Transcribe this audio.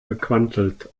gequantelt